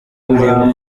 uribuka